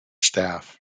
staff